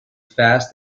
fast